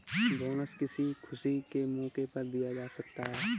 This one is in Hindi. बोनस किसी खुशी के मौके पर दिया जा सकता है